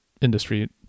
industry